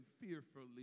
fearfully